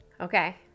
okay